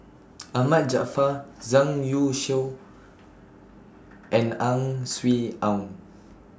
Ahmad Jaafar Zhang Youshuo and Ang Swee Aun